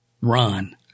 run